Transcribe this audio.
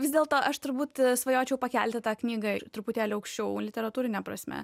vis dėlto aš turbūt svajočiau pakelti tą knygą ir truputėlį aukščiau literatūrine prasme